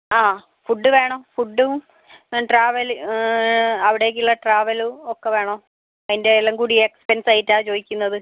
ആ ഫുഡ് വേണം ഫുഡും ട്രാവെൽ അവിടേക്കുള്ള ട്രാവലും ഒക്കെ വേണം അതിന്റെ എല്ലാം കൂടി എക്സ്പെൻസ് ആയിട്ടാണ് ചോദിക്കുന്നത്